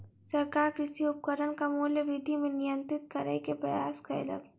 सरकार कृषि उपकरणक मूल्य वृद्धि के नियंत्रित करै के प्रयास कयलक